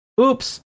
oops